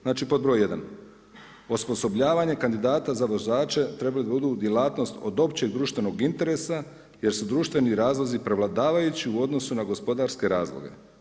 Znači pod broj 1. osposobljavanje kandidata za vozače trebali bi da budu djelatnost od općeg društvenog interesa jer su društveni razlozi prevladavajući u odnosu na gospodarske razloge.